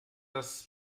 dass